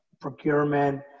procurement